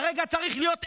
כרגע צריך להיות אגרוף,